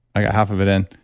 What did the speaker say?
i got half of it in.